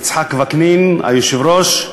יצחק וקנין היושב-ראש,